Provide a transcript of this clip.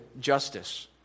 justice